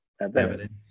evidence